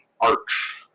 Arch